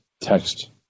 text